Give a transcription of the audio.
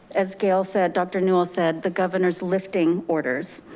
as gail said, dr. newel said the governor's lifting orders.